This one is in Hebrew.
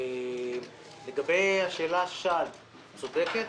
לגבי השאלה ששאלת את צודקת.